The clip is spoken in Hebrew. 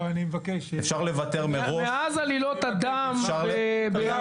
אפשר לוותר מראש --- מאז עלילות הדם ברוסיה,